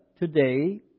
today